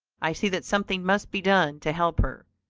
i see that something must be done to help her,